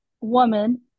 woman